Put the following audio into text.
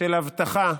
של הבטחה.